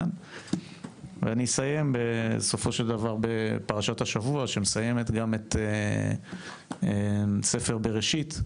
אסיים בפרשת השבוע שמסיימת את ספר בראשית.